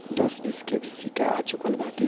दस बीस के भी सिक्का आ चूकल बाटे